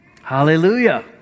Hallelujah